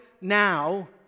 now